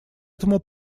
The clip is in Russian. этому